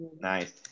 nice